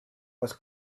was